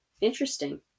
Interesting